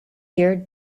year